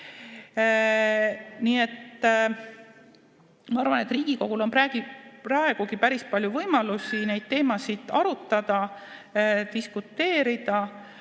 Nii et ma arvan, et Riigikogul on praegugi päris palju võimalusi neid teemasid arutada, diskuteerida